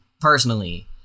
personally